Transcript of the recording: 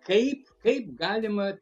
kaip kaip galima